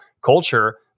culture